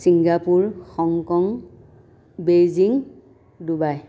Singapore Hong Kong Beijing Dubai